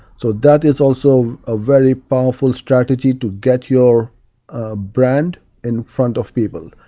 so that is also a very powerful strategy to get your brand in front of people.